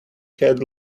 have